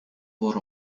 voor